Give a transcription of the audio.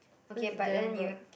this is damn broad